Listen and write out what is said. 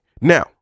Now